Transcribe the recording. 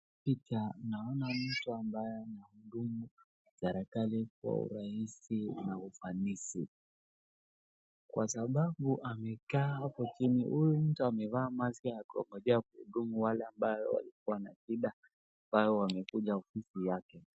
Hii picha naona mtu ambaye anayehudumu serekali kwa urahisi na ufanisi .Kwa sababu amekaa huko chini, huyu mtu amevaa maski akiongojea kuhudumu wale ambao wako na shida ambao wamekuja ofisini yake.